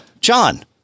John